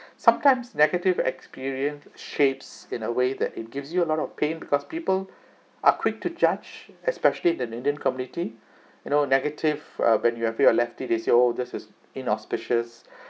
so I think sometimes negative experience shapes in a way that it gives you a lot of pain because people are quick to judge especially in an indian community you know negative uh when you fear your lefty they say oh this is inauspicious